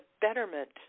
betterment